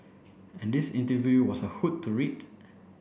and this interview was a hoot to read